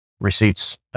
receipts